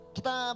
Kita